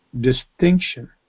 distinction